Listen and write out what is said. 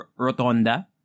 rotonda